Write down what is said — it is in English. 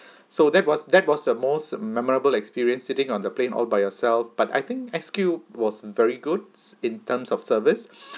so that was that was the most memorable experience sitting on the plane all by yourself but I think S_Q was very goods in terms of service